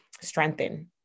strengthen